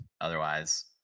Otherwise